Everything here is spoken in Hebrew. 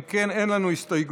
אם כן, אין לנו הסתייגויות.